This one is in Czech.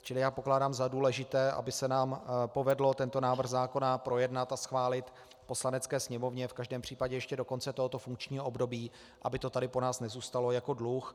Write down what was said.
Čili já pokládám za důležité, aby se nám povedlo tento návrh zákona projednat a schválit v Poslanecké sněmovně v každém případě ještě do konce tohoto funkčního období, aby to tady po nás nezůstalo jako dluh.